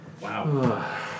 wow